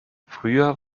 früher